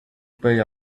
pay